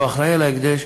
או האחראי על ההקדש,